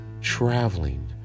traveling